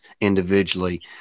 individually